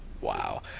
wow